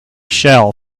shell